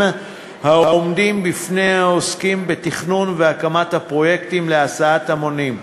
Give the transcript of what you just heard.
העומדים בפני העוסקים בתכנון ובהקמת הפרויקטים להסעת המונים.